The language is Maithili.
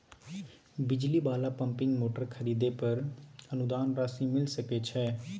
बिजली वाला पम्पिंग मोटर खरीदे पर अनुदान राशि मिल सके छैय?